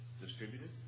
distributed